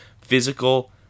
Physical